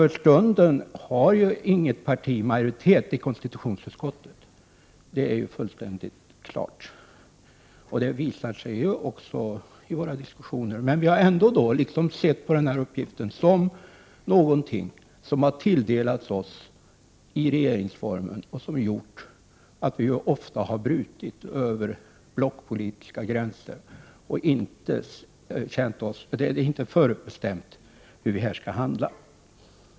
För stunden har inget parti majoritet i konstitutionsutskottet — det är fullständigt klart, och det visar sig också i våra diskussioner. Vi har ändå sett på uppgiften som något som har tilldelats oss i regeringsformen. Vi har i detta arbete ofta kunnat bryta de blockpolitiska gränserna, och det har inte varit förutbestämt hur vi skall handla.